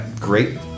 great